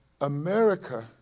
America